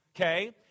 Okay